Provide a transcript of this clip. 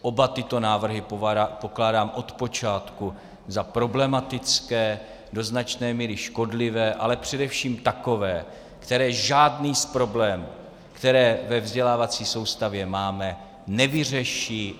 Oba tyto návrhy pokládám od počátku za problematické, do značné míry škodlivé, ale především takové, které žádný z problémů, které ve vzdělávací soustavě máme, nevyřeší.